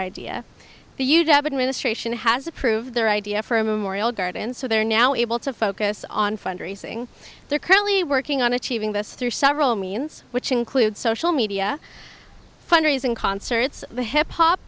administration has approved their idea for a memorial garden so they're now able to focus on fundraising they're currently working on achieving this through several means which include social media fund raising concerts the hip hop